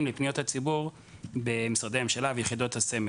לפניות הציבור במשרדי הממשלה וביחידות הסמך.